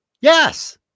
yes